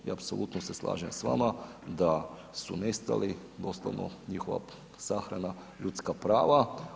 I apsolutno se slažem s vama da su nestali doslovno njihova sahrana ljudska prava.